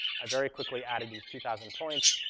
i very quickly added these two thousand points.